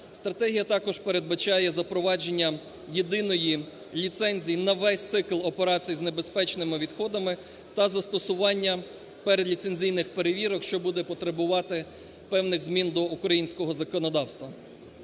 Стратегія також передбачає запровадження єдиної ліцензії на весь цикл операцій з небезпечними відходами та застосування переліцензійних перевірок, що буде потребувати певних змін до українського законодавства.